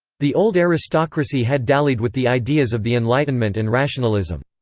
the old aristocracy had dallied with the ideas of the enlightenment and rationalism.